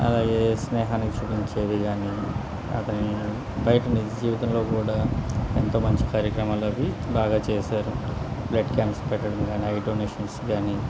అలాగే స్నేహానికి చూపించేవి కానీ అతని బయట నిజ జీవితంలో కూడా ఎంతో మంచి కార్యక్రమాాల అవి బాగా చేసారు బ్లడ్ క్యాంప్స్ పెట్టడం కానీ ఐ డొనేషన్స్ కానీ